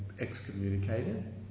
excommunicated